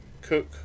Cook